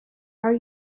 are